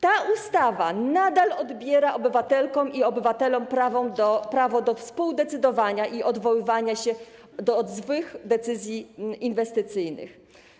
Ta ustawa nadal odbiera obywatelkom i obywatelom prawo do współdecydowania i odwoływania się od złych decyzji inwestycyjnych.